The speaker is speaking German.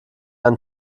ein